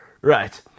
Right